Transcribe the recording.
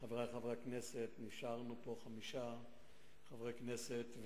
חברי חברי הכנסת, נשארנו פה חמישה חברי כנסת.